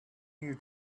you